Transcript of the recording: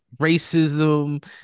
racism